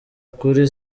kuri